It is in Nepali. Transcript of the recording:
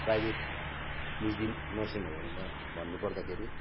प्राइभेट निजी नर्सिङ होमहरूमा भन्नुपर्दाखेरि